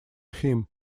him